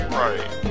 right